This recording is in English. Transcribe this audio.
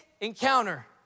encounter